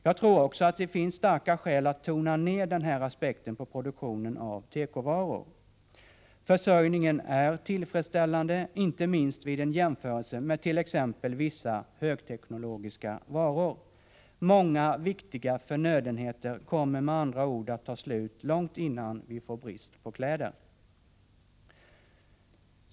Jag tror också att det finns starka skäl att tona ned den här aspekten på produktionen av tekovaror. Försörjningen är tillfredsställande, inte minst vid en jämförelse med t.ex. vissa högteknologiska varor. Många viktiga förnödenheter kommer med andra ord att ta slut långt innan vi får brist på kläder.